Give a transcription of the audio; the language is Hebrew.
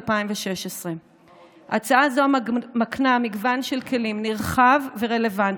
2016. הצעה זו מקנה מגוון של כלים נרחב ורלוונטי,